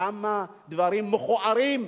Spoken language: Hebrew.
כמה דברים מכוערים קורים.